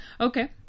Okay